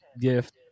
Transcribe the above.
gift